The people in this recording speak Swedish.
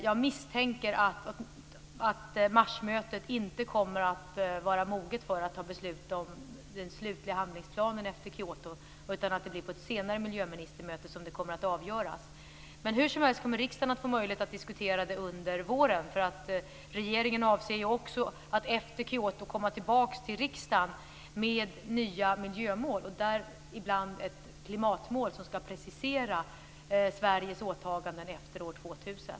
Jag misstänker att marsmötet inte kommer att vara moget för att ta beslut om den slutliga handlingsplanen efter Kyoto, utan att det kommer att avgöras på ett senare miljöministermöte. Hur som helst kommer riksdagen att få möjlighet att diskutera detta under våren. Regeringen avser också att efter Kyoto komma tillbaka till riksdagen med nya miljömål. Däribland ett klimatmål som skall precisera Sveriges åtaganden efter år 2000.